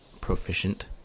proficient